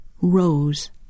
rose